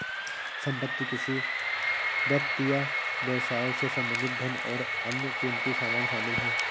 संपत्ति किसी व्यक्ति या व्यवसाय से संबंधित धन और अन्य क़ीमती सामान शामिल हैं